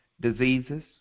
diseases